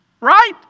Right